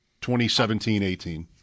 2017-18